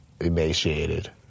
emaciated